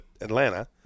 Atlanta